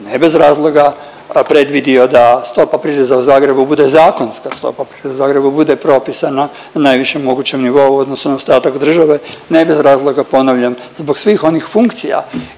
ne bez razloga, predvidio da stopa prireza u Zagrebu bude zakonska stopa prireza, da u Zagrebu bude propisana na najvišem mogućem nivou u odnosu na ostatak države. Ne bez razloga ponavljam, zbog svih onih funkcija